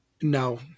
No